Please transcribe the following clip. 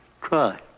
cry